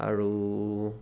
আৰু